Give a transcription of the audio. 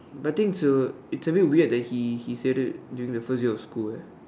but the thing is it's a bit weird that he he said it during the first day of school eh